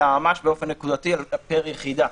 אלא ממש באופן נקודתי פר יחידה,